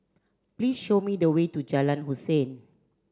please show me the way to Jalan Hussein